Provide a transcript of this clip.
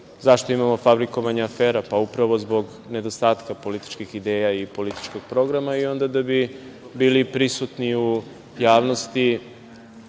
zašto imamo fabrikovanje afera. Pa, upravo zbog nedostatka političkih ideja i političkog programa i onda da bi bili prisutni u javnosti,